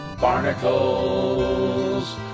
Barnacles